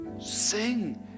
sing